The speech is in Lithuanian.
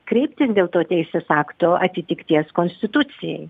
kreiptis dėl to teisės akto atitikties konstitucijai